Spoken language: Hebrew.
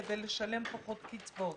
כדי לשלם פחות קצבאות.